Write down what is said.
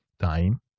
time